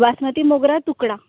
बासमती मोगरा तुकडा